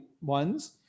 ones